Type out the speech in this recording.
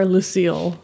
Lucille